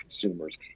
consumers